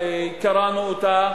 שקראנו אותה,